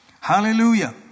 Hallelujah